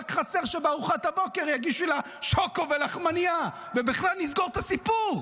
רק חסר שבארוחת הבוקר יגישו לה שוקו ולחמנייה ובכלל נסגור את הסיפור.